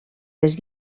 les